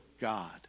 God